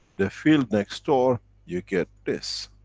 the field next door you get this.